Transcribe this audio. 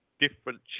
different